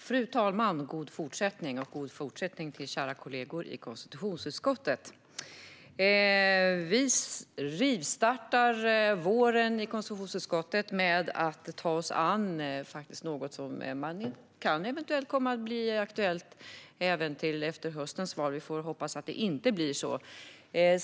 Fru talman! God fortsättning till fru talmannen och god fortsättning till mina kära kollegor i konstitutionsutskottet! Vi rivstartar våren i konstitutionsutskottet med att ta oss an något som faktiskt eventuellt kan komma att bli aktuellt även efter höstens val, men vi får hoppas att det inte blir så.